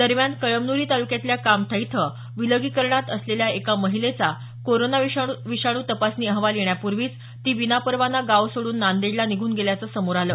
दरम्यान कळमन्री तालुक्यातल्या कामठा इथं विलगीकरणात असलेल्या एका महिलेचा कोरोना विषाणू तपासणी अहवाल येण्यापूर्वीच ती विनापरवाना गाव सोडून नांदेडला निघून गेल्याचं समोर आलं